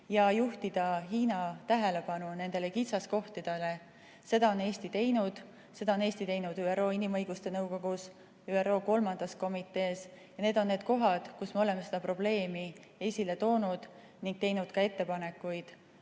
ja juhtida Hiina tähelepanu nendele kitsaskohtadele. Seda on Eesti teinud. Seda on Eesti teinud ÜRO Inimõiguste Nõukogus, ÜRO 3. komitees. Need on need kohad, kus me oleme seda probleemi esile toonud ning teinud ka ettepanekuid,